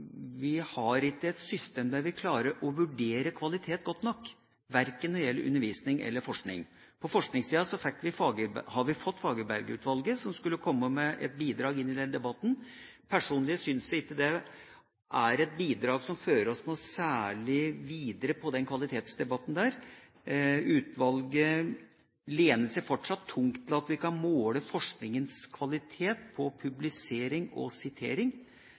ikke har et system der vi klarer å vurdere kvalitet godt nok, verken når det gjelder undervisning eller forskning. På forskningssiden har vi fått Fagerberg-utvalget, som skulle komme med et bidrag til debatten. Personlig synes jeg ikke det er et bidrag som fører oss noe særlig videre i kvalitetsdebatten. Utvalget lener seg fortsatt tungt på at vi kan måle forskningens kvalitet på publisering og sitering.